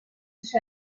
sich